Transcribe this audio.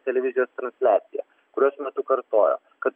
televizijos transliaciją kurios metu kartojo kad